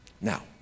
Now